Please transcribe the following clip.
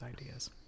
ideas